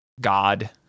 God